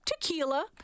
Tequila